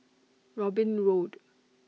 Robin Road